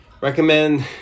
Recommend